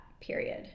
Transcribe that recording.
period